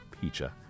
pizza